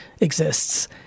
exists